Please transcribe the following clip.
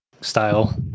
style